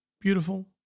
Beautiful